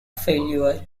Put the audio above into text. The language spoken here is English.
failure